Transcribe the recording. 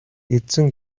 эзэн